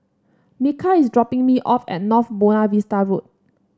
Micah is dropping me off at North Buona Vista Road